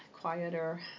quieter